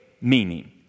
meaning